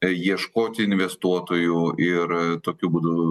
ieškoti investuotojų ir tokiu būdu